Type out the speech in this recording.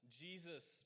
Jesus